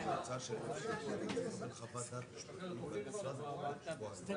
כרגע זה --- תודה.